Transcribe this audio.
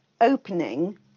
opening